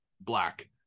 black